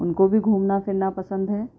ان کو بھی گھومنا پھرنا پسند ہے